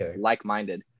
like-minded